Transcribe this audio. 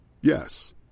Yes